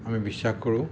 আমি বিশ্বাস কৰোঁ